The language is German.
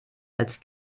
als